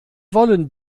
wollen